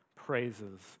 praises